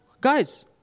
guys